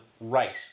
right